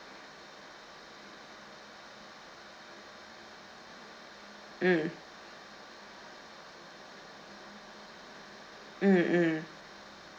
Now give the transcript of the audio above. mm mm mm